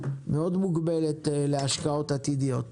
מאוד מוגבלת להשקעות עתידיות.